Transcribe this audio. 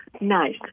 Nice